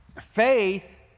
Faith